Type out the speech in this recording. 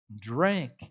drink